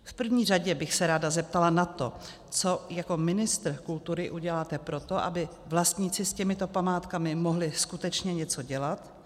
V první řadě bych se ráda zeptala na to, co jako ministr kultury uděláte pro to, aby vlastníci s těmito památkami mohli skutečně něco dělat.